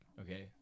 Okay